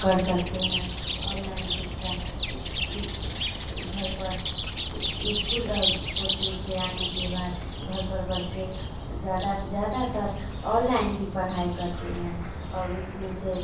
कर सकते हैं अललाइन शिक्षा घर पर इस्कूल और कोचिंग से आने के बाद घर पर बच्चे ज्यादा ज्यादातर अललाइन ही पढ़ाई करते हैं और उसमें से